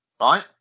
right